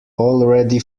already